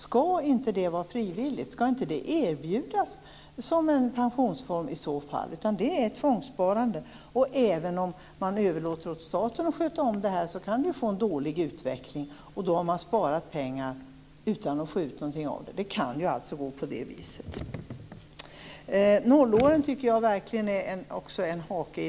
Skall det inte vara frivilligt? Skall det inte erbjudas som en pensionsform? Det är ett tvångssparande. Även om man överlåter åt staten att sköta om det kan det bli en dålig utveckling. Då har man sparat pengar utan att få ut något av det. Det kan ju bli så. Nollåren är också en hake.